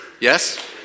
Yes